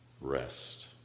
rest